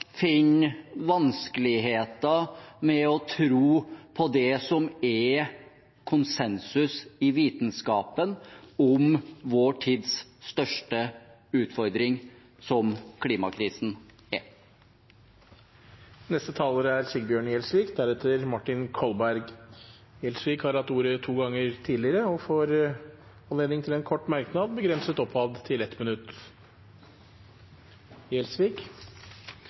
å tro på det som det er konsensus om i vitenskapen, om vår tids største utfordring, som klimakrisen er. Representanten Sigbjørn Gjelsvik har hatt ordet to ganger tidligere og får ordet til en kort merknad, begrenset til 1 minutt.